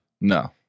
No